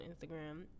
Instagram